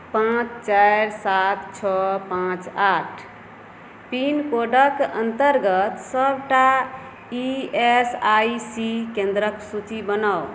पाँच चारि सात छओ पाँच आठ पिनकोडके अन्तर्गत सबटा ई एस आइ सी केन्द्रके सूची बनाउ